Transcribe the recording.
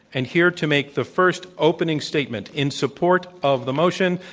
and here to make the first opening statement in support of the motion,